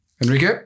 Enrique